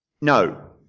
no